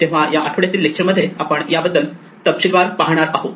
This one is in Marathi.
तेव्हा या आठवड्यातील लेक्चर मध्ये आपण याबद्दल तपशीलवार पाहणार आहोत